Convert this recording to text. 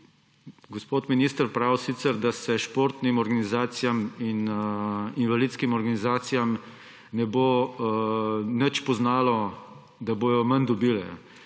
Gospod minister sicer pravi, da se športnim organizacijam in invalidskim organizacijam ne bo nič poznalo, da bodo manj dobile.